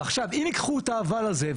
ועכשיו אם ייקחו את האבל הזה,